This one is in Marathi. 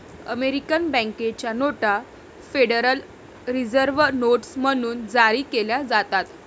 अमेरिकन बँकेच्या नोटा फेडरल रिझर्व्ह नोट्स म्हणून जारी केल्या जातात